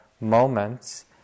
moments